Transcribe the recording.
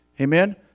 Amen